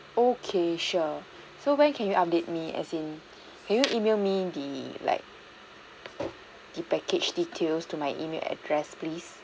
okay sure so when can you update me as in can you email me the like the package details to my email address please